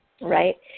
Right